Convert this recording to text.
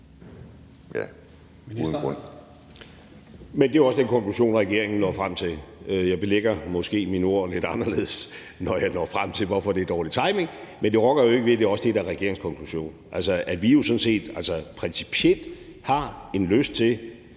Det er jo også den konklusion, regeringen når frem til. Jeg belægger måske mine ord lidt anderledes, når jeg når frem til, hvorfor det er dårlig timing, men det rokker jo ikke ved, at det også er det, der er regeringens konklusion, altså at vi jo sådan set principielt har en lyst til